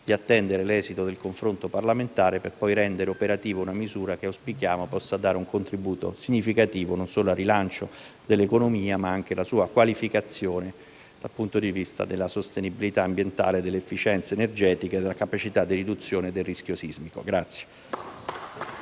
attendere l'esito del confronto parlamentare, per poi rendere operativa una misura che auspichiamo possa dare un contributo significativo, non solo al rilancio dell'economia, ma anche alla sua qualificazione dal punto di vista della sostenibilità ambientale, dell'efficienza energetica e della capacità di riduzione del rischio sismico.